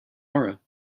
aura